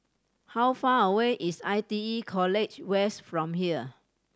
how far away is I T E College West from here